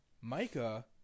Micah